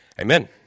Amen